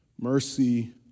mercy